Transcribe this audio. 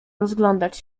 rozglądać